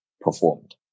performed